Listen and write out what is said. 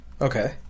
Okay